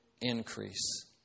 increase